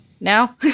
now